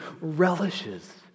relishes